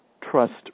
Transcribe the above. trust